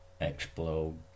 explode